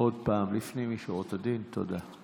עוד פעם, לפנים משורת הדין, תודה.